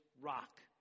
rock